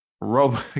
Rob